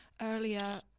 earlier